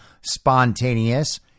spontaneous